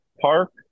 Park